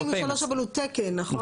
143 אבל הוא תקן, נכון?